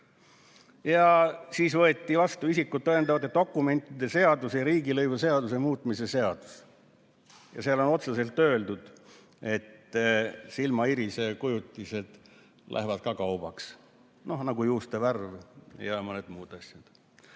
Siis võeti vastu isikut tõendavate dokumentide seaduse ja riigilõivuseaduse muutmise seadus. Seal on otseselt öeldud, et silmaiirise kujutised lähevad ka kaubaks, no nagu juuste värv ja mõned muud asjad.